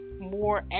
more